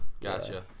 Gotcha